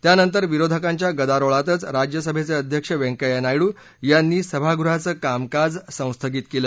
त्यानंतर विरोधकांच्या गदारोळातच राज्यसभेचे अध्यक्ष व्यंकव्या नायडू यांनी सभागृहाचं कामकाज संस्थगित केलं